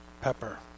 pepper